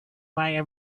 via